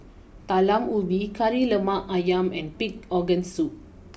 Talam Ubi Kari Lemak Ayam and Pig Organ Soup